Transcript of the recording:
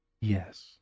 Yes